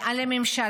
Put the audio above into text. זה על הממשלה,